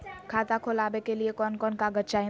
खाता खोलाबे के लिए कौन कौन कागज चाही?